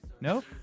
nope